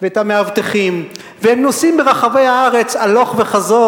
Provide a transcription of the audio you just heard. ואת המאבטחים והם נוסעים ברחבי הארץ הלוך וחזור,